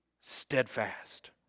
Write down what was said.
steadfast